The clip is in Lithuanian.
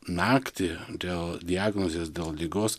naktį dėl diagnozės dėl ligos